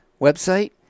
website